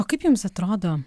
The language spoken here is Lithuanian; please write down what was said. o kaip jums atrodo